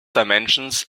dimensions